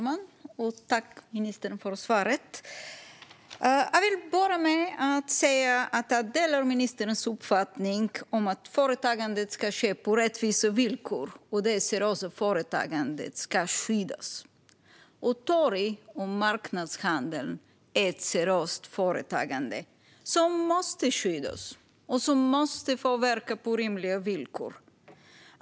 Fru talman! Tack, ministern, för svaret! Jag vill börja med att säga att jag delar ministerns uppfattning att företagandet ska ske på rättvisa villkor och att det seriösa företagandet ska skyddas. Torg och marknadshandeln är ett seriöst företagande, som måste skyddas och som måste få verka på rimliga villkor.